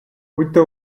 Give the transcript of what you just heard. будьте